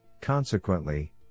Consequently